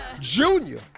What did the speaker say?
Junior